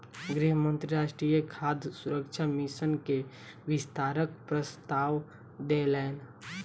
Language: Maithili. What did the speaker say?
गृह मंत्री राष्ट्रीय खाद्य सुरक्षा मिशन के विस्तारक प्रस्ताव देलैन